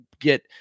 get